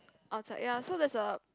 outside ya so there is a